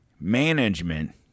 management